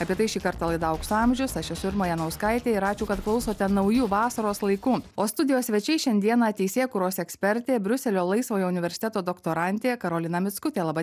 apie tai šį kartą laida aukso amžius aš esu irma janauskaitė ir ačiū kad klausote nauju vasaros laiku o studijos svečiais šiandieną teisėkūros ekspertė briuselio laisvojo universiteto doktorantė karolina mickutė laba